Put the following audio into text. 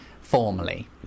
formally